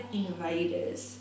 invaders